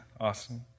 Awesome